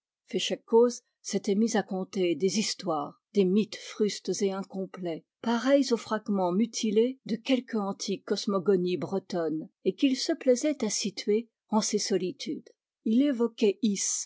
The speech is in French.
féchec coz s'était mis à conter des histoires des mythes frustes et incomplets pareils aux fragments mutilés de quelque antique cosmogonie bretonne et qu'il se plaisait à situer en ces solitudes il évoquait